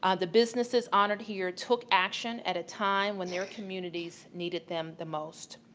um the businesses honored here took action at a time when their communities needed them the most.